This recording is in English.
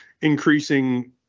increasing